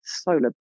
solar